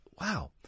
Wow